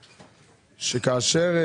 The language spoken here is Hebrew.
שכאשר,